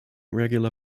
regular